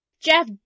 Jeff